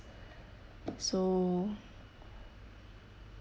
so